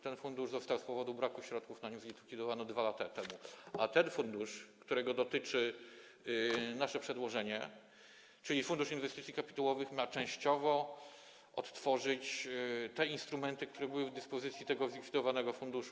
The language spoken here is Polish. Ten fundusz został z powodu braku środków zlikwidowany 2 lata temu, a fundusz, którego dotyczy nasze przedłożenie, czyli Fundusz Inwestycji Kapitałowych, ma częściowo odtworzyć te instrumenty, które były w dyspozycji zlikwidowanego funduszu.